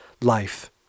life